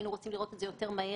היינו רוצים לראות את זה יותר מהר,